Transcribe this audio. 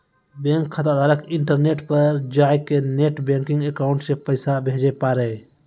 bank खाताधारक internet पर जाय कै नेट बैंकिंग अकाउंट से पैसा भेजे पारै